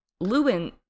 Lewin